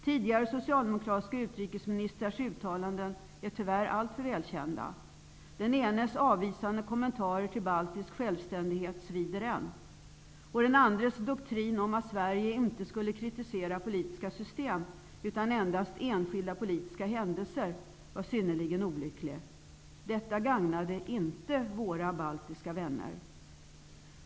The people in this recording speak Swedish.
Tidigare socialdemokratiska utrikesministrars uttalanden är tyvärr alltför välkända. Den enes avvisande kommentarer till baltisk självständighet svider än. Den andres doktrin om att Sverige inte skulle kritisera politiska system utan endast enskilda politiska händelser var synnerligen olycklig. Detta gagnade inte våra baltiska vänner.